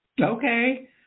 Okay